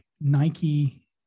Nike